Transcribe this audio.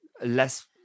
less